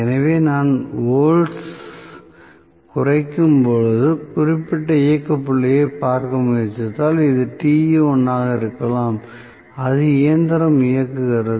எனவே நான் வோல்ட்ஸைக் குறைக்கும்போது குறிப்பிட்ட இயக்க புள்ளியைப் பார்க்க முயற்சித்தால் இது Te1 ஆக இருக்கலாம் அதில் இயந்திரம் இயங்குகிறது